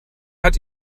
hat